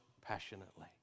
passionately